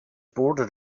bordered